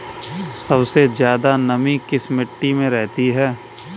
सबसे ज्यादा नमी किस मिट्टी में रहती है?